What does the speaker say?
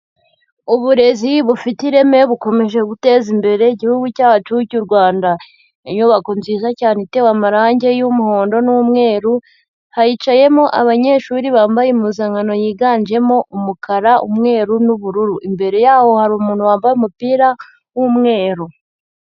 Uburezi bufite ireme bukomeje guteza imbere Igihugu cyacu cy'u Rwanda, inyubako nziza cyane itewe amarangi y'umuhondo n'umweru, hicayemo abanyeshuri bambaye impuzankano yiganjemo umukara, umweru n'ubururu, imbere yaho hari umuntu wambaye umupira w'umweru.